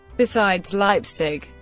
besides leipzig,